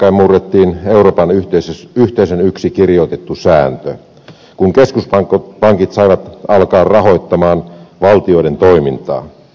toissa talvesta alkaen murrettiin euroopan yhteisön yksi kirjoitettu sääntö kun keskuspankit saivat alkaa rahoittaa valtioiden toimintaa